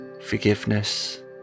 forgiveness